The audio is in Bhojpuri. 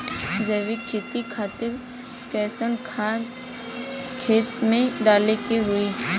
जैविक खेती खातिर कैसन खाद खेत मे डाले के होई?